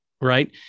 Right